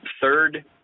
third